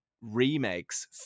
remakes